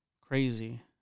crazy